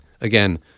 again